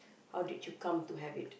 how did you come to have it